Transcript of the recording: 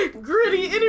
Gritty